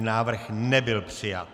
Návrh nebyl přijat.